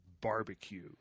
barbecue